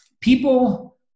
people